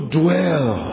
dwell